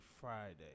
Friday